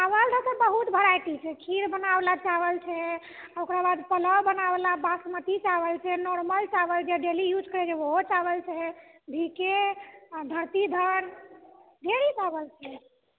चावलके तऽ बहुत वेराइटी छै खीर बनाबऽ वला चावल छै ओकरा बाद पोलाव बनाबऽ वला बासमती चावल छै नार्मल चावल जे डेली युज करइ छी ओहो चावल छै बी के धरतीधर ढ़ेरिक चावल छै